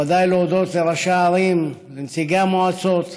בוודאי להודות לראשי הערים, לנציגי המועצות,